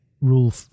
rule